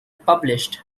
published